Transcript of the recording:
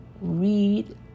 read